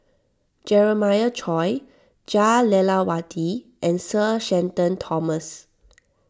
Jeremiah Choy Jah Lelawati and Sir Shenton Thomas